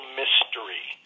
mystery